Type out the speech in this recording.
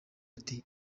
ati